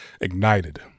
ignited